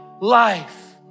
life